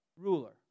Ruler